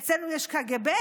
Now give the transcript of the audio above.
אצלנו יש קג"ב,